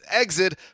exit